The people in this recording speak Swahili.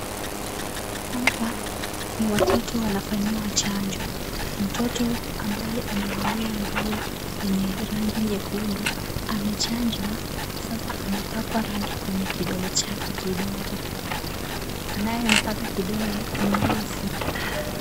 Hapa ni watoto wanafanyiwa chanjo. Mtoto ambaye amevalia nguo yenye rangi nyekundu amechanjwa sasa anapakwa rangi kwenye kidole chake kidogo. Anayempaka kidole ni nesi.